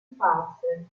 sparse